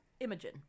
Imogen